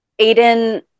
Aiden